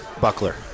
buckler